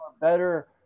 better